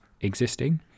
existing